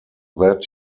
that